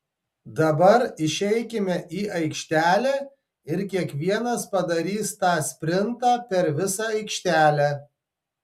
dabar išeikime į aikštelę ir kiekvienas padarys tą sprintą per visą aikštelę